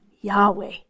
Yahweh